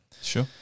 sure